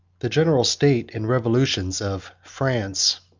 the general state and revolutions of france,